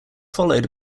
followed